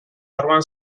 barruan